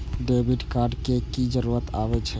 Debit card के की जरूर आवे छै?